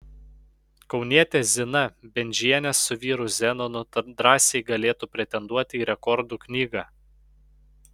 kaunietė zina bendžienė su vyru zenonu drąsiai galėtų pretenduoti į rekordų knygą